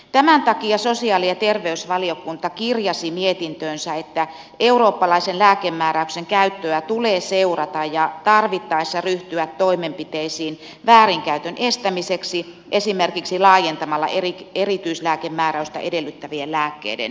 tämän takia sosiaali ja terveysvaliokunta kirjasi mietintöönsä että eurooppalaisen lääkemääräyksen käyttöä tulee seurata ja tarvittaessa ryhtyä toimenpiteisiin väärinkäytön estämiseksi esimerkiksi laajentamalla erityislääkemääräystä edellyttävien lääkkeiden määrää